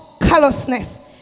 callousness